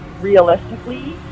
Realistically